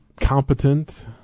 competent